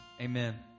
Amen